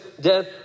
death